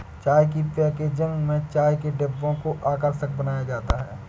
चाय की पैकेजिंग में चाय के डिब्बों को आकर्षक बनाया जाता है